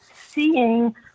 seeing